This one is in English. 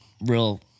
real